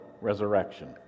resurrection